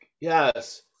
Yes